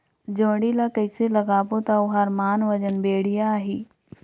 जोणी ला कइसे लगाबो ता ओहार मान वजन बेडिया आही?